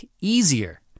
easier